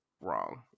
wrong